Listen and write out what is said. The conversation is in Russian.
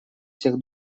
всех